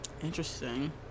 Interesting